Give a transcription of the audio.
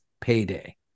payday